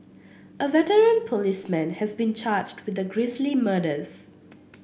a veteran policeman has been charged with the grisly murders